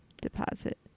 deposit